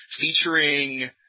featuring